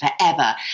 forever